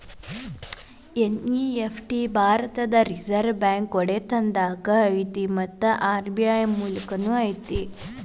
NEFT ಭಾರತದ್ Reserve Bank ಒಡೆತನದಾಗ ಐತಿ ಮತ್ತ ಆರ್.ಬಿ.ಐ ಮೂಲಕನ ಕಾರ್ಯನಿರ್ವಹಿಸ್ತದ